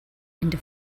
into